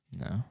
No